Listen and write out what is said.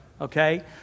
okay